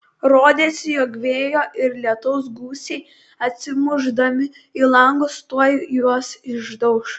rodėsi jog vėjo ir lietaus gūsiai atsimušdami į langus tuoj juos išdauš